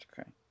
okay